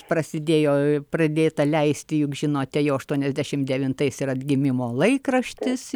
prasidėjo pradėta leisti juk žinote jau aštuoniasdešim devintais ir atgimimo laikraštis